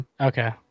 Okay